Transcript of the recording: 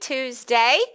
Tuesday